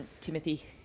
timothy